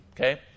okay